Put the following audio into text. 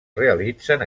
realitzen